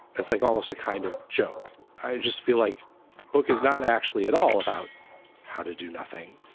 as like almost a kind of joke. i just feel like the book is not actually at all about how to do nothing,